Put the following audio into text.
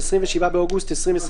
(27 באוגוסט 2021)